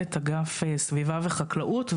מנהלת אגף סביבה וחקלאות,